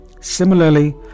Similarly